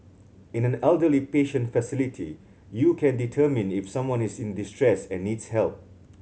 in an elderly patient facility you can determine if someone is in distress and needs help